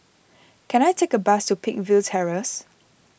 can I take a bus to Peakville Terrace